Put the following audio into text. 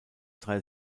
drei